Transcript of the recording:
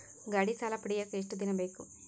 ಗಾಡೇ ಸಾಲ ಪಡಿಯಾಕ ಎಷ್ಟು ದಿನ ಬೇಕು?